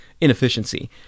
inefficiency